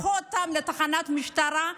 לקחו אותם לתחנת משטרה,